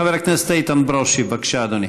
חבר הכנסת איתן ברושי, בבקשה, אדוני.